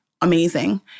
amazing